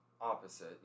opposite